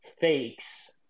fakes